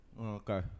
okay